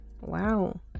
Wow